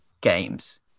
Games